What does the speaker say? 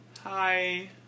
Hi